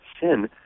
sin